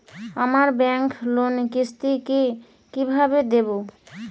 আমার ব্যাংক লোনের কিস্তি কি কিভাবে দেবো?